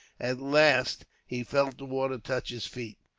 at last, he felt the water touch his feet.